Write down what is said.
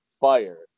fire